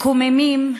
מקוממים,